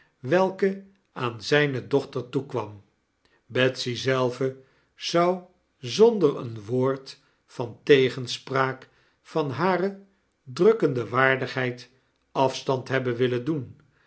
welke aan zyne dochter toekwam betsy zelve zou zonder een woord van tegenspraak van hare drukkende waardigheid afstand hebben willen doen